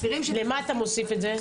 למה אתה מוסיף את זה?